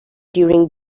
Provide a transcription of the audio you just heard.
during